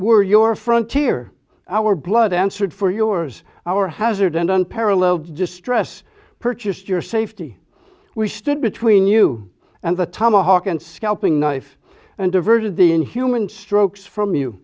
were your front here our blood answered for yours our hazard and unparalleled distress purchased your safety we stood between you and the tomahawk and scalping knife and diverted the inhuman strokes from you